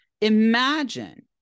Imagine